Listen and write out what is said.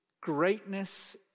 Greatness